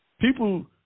People